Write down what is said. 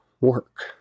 work